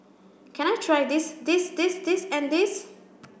can I try this this this this and this